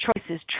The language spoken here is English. choices